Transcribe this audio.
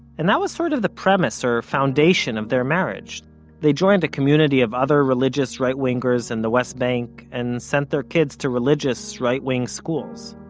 and that was sort of the premise, or foundation, of their marriage they joined a community of other religious right-wingers in the west bank, and sent their kids to religious, right-wing schools.